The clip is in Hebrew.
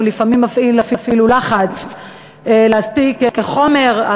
הוא לפעמים מפעיל אפילו לחץ להספיק חומר על